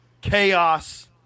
Chaos